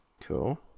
Cool